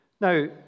Now